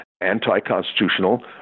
anti-constitutional